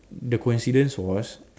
the coincidence was